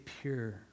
pure